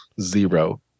Zero